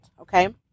okay